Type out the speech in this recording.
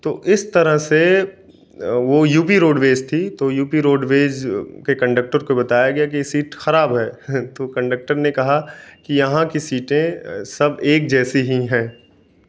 तो इस तरह से वो यू पी रोडवेज थी यू पी रोडवेज के कंडक्टर को बताया गया के सीट खराब है तो कंडक्टर ने कहा यहाँ की सीटें सब एक जैसी ही हैं